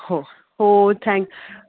हो हो थँक